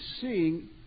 seeing